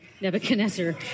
Nebuchadnezzar